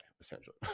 essentially